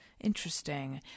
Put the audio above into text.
Interesting